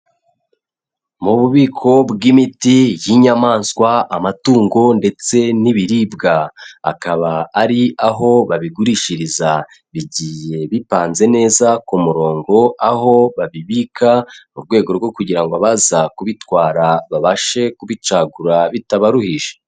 Mu bubiko bw'imiti y'inyamanswa, amatungo ndetse n'ibiribwa. Akaba ari aho babigurishiriza, bigiye bipanze neza ku murongo, aho babibika mu rwego rwo kugira ngo abazaza kubitwara babashe kubicagura bitabaruhije.